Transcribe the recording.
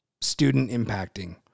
student-impacting